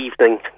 evening